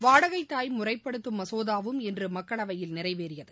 வாடகை தாய் முறைப்படுத்தும் மசோதாவும் இன்று மக்களவையில் நிறைவேறியது